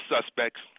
suspects